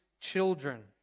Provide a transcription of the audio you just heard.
children